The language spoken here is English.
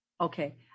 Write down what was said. Okay